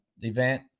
event